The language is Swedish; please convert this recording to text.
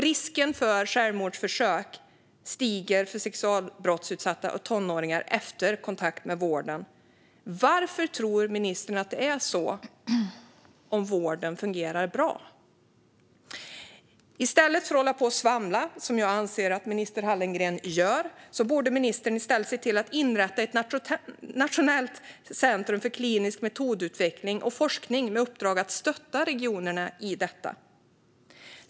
Risken för självmordsförsök stiger för sexualbrottsutsatta och tonåringar efter kontakt med vården. Varför tror ministern att det är så, om vården fungerar bra? I stället för att hålla på och svamla, vilket jag anser att minister Hallengren gör, borde ministern se till att inrätta ett nationellt centrum för klinisk metodutveckling och forskning med uppdrag att stötta regionerna i detta.